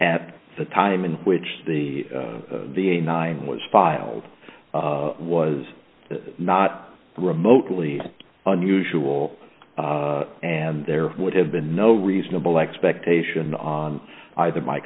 at the time in which the the a nine was filed was not remotely unusual and there would have been no reasonable expectation on either my